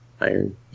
Iron